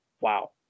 wow